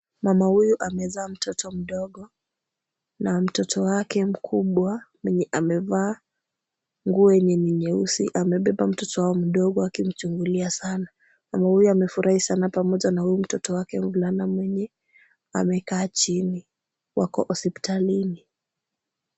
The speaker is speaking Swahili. Mama huyu amezaa mtoto mdogo na mtoto wake mkubwa, mwenye amevaa nguo yenye ni nyeusi amebeba mtoto wao mdogo akimchungulia sana. Mama huyu amefurahi sana pamoja na huyu mtoto wake mvulana mwenye amekaa chini. Wako hospitalini.